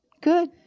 Good